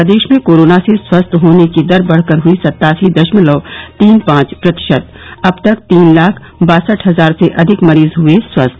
प्रदेश में कोरोना से स्वस्थ होने की दर बढ़कर हुई सत्तासी दशमलव तीन पांच प्रतिशत अब तक तीन लाख बासठ हजार से अधिक मरीज हुए स्वस्थ